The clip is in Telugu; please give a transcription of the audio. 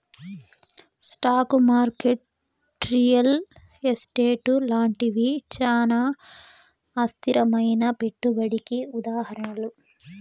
స్టాకు మార్కెట్ రియల్ ఎస్టేటు లాంటివి చానా అస్థిరమైనా పెట్టుబడికి ఉదాహరణలు